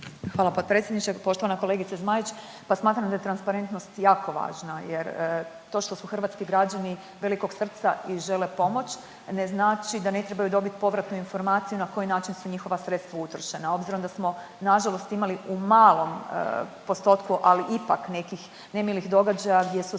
Hvala potpredsjedniče. Poštovana kolegice Zmajić, pa smatram da je transparentnost jako važna jer to što su hrvatski građani velikog srca i žele pomoć ne znači da ne trebaju dobiti povratnu informaciju na koji način su njihova sredstava utrošena. Obzirom da smo na žalost imali u malom postotku, ali ipak nekih nemilih događaja gdje su sredstva